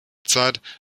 zeit